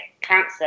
cancer